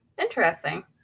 Interesting